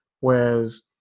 Whereas